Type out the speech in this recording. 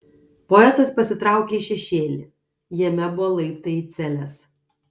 poetas pasitraukė į šešėlį jame buvo laiptai į celes